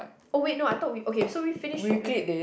oh wait no I thought we okay so we finish with